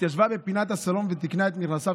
התיישבה בפינת הסלון ותיקנה את מכנסיו